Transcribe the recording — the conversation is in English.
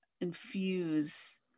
infuse